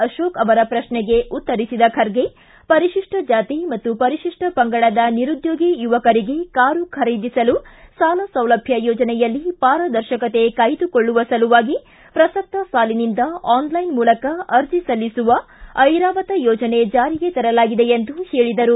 ಅಶೋಕ್ ಅವರ ಪ್ರಶ್ನೆಗೆ ಉತ್ತರಿಸಿದ ಖರ್ಗೆ ಪರಿಶಿಷ್ಟ ಜಾತಿ ಮತ್ತು ಪರಿಶಿಷ್ಟ ಪಂಗಡದ ನಿರುದ್ಯೋಗಿ ಯುವಕರಿಗೆ ಕಾರು ಖರೀದಿಸಲು ಸಾಲ ಸೌಲಭ್ಯ ಯೋಜನೆಯಲ್ಲಿ ಪಾರದರ್ಶಕತೆ ಕಾಯ್ದುಕೊಳ್ಳುವ ಸಲುವಾಗಿ ಪ್ರಸಕ್ತ ಸಾಲಿನಿಂದ ಆನ್ಲೈನ್ ಮೂಲಕ ಅರ್ಜೆ ಸಲ್ಲಿಸುವ ಐರಾವತ ಯೋಜನೆ ಜಾರಿಗೆ ತರಲಾಗಿದೆ ಎಂದು ಹೇಳಿದರು